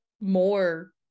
more